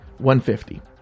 $150